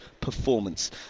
performance